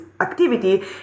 activity